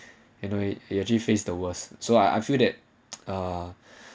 you know it actually face the worse so I I feel that uh